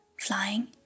flying